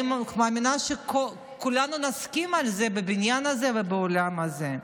אני מאמינה שכולנו נסכים על זה בבניין הזה ובעולם הזה.